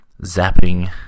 zapping